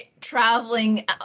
traveling